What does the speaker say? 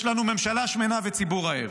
יש לנו ממשלה שמנה וציבור רעב.